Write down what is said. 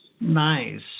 Nice